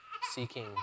seeking